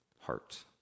heart